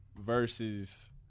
versus